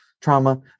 trauma